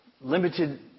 limited